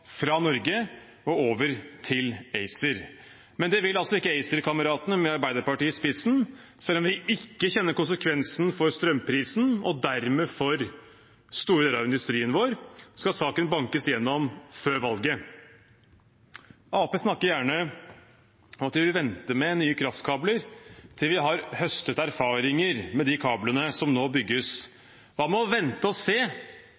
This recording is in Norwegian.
fra Norge og over til ACER. Men det vil altså ikke ACER-kameratene, med Arbeiderpartiet i spissen. Selv om vi ikke kjenner konsekvensen for strømprisen og dermed for store deler av industrien vår, skal saken bankes gjennom før valget. Arbeiderpartiet snakker gjerne om at de vil vente med nye kraftkabler til vi har høstet erfaringer med de kablene som nå bygges. Hva med å vente og se